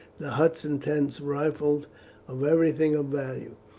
the huts and tents rifled of everything of value,